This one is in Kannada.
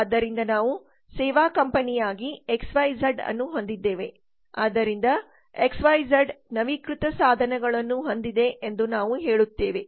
ಆದ್ದರಿಂದ ನಾವು ಸೇವಾ ಕಂಪನಿಯಾಗಿ ಎಕ್ಸ್ ವೈ ಝಡ್ಅನ್ನು ಹೊಂದಿದ್ದೇವೆ ಆದ್ದರಿಂದ ಎಕ್ಸ್ ವೈ ಝಡ್ನವೀಕೃತ ಸಾಧನಗಳನ್ನು ಹೊಂದಿದೆ ಎಂದು ನಾವು ಹೇಳುತ್ತೇವೆ